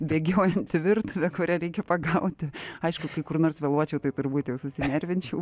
bėgiojanti virtuvė kurią reikia pagauti aišku kai kur nors vėluočiau tai turbūt jau susinervinčiau